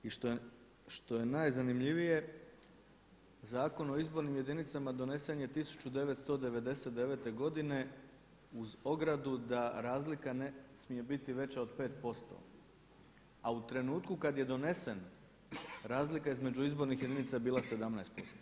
I što je najzanimljivije Zakon o izbornim jedinicama donesen je 1999. godine uz ogradu da razlika ne smije biti veća od 5%, a u trenutku kad je donesen razlika između izbornih jedinica je bila 17%